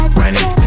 running